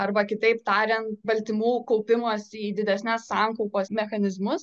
arba kitaip tariant baltymų kaupimosi į didesnes sankaupas mechanizmus